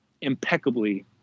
impeccably